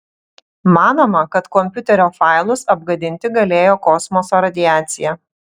manoma kad kompiuterio failus apgadinti galėjo kosmoso radiacija